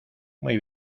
muy